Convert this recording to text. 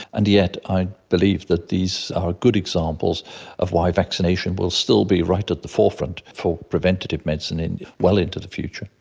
and yet i believe that these are good examples of why vaccination will still be right at the forefront for preventative medicine well into the future.